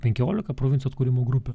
penkiolika provincijų atkūrimo grupių